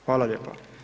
Hvala lijepa.